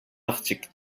arctique